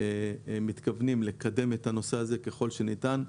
פנים מתכוון לקדם את הנושא הזה ככל שניתן.